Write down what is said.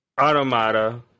Automata